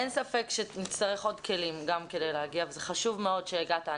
אין ספק שנצטרך עוד כלים וזה חשוב מאוד שהגעת.